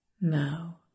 Now